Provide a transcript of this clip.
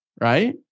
right